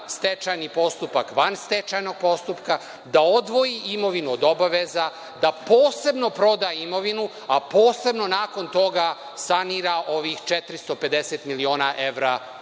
stečajni postupak van stečajnog postupka, da odvoji imovinu od obaveza, da posebno proda imovinu, a posebno nakon toga sanira ovih 450 miliona evra